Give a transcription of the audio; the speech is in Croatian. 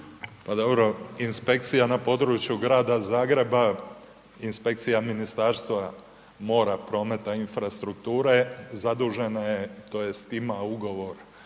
Pa dobro, inspekcija na području Grada Zagreba, inspekcija Ministarstva mora, prometa i infrastrukture zadužena je tj. ima ugovor